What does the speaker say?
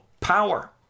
power